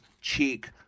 cheek